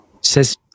Says